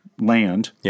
land